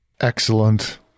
Excellent